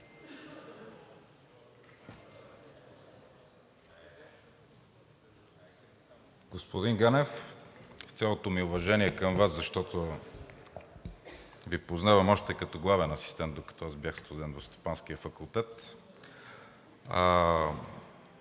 Господин Ганев, с цялото ми уважение към Вас, защото Ви познавам още като главен асистент, докато бях студент в Стопанския факултет,